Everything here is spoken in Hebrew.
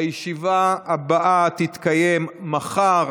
הישיבה הבאה תתקיים מחר,